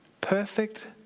Perfect